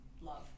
Love